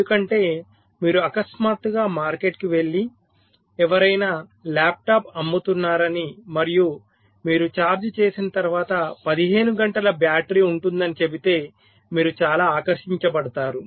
ఎందుకంటే మీరు అకస్మాత్తుగా మార్కెట్కి వెళ్లి ఎవరైనా ల్యాప్టాప్ అమ్ముతున్నారని మరియు మీరు ఛార్జ్ చేసిన తర్వాత 15 గంటల బ్యాటరీ ఉంటుందని చెబితే మీరు చాలా ఆకర్షింపబడతారు